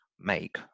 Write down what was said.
make